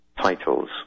titles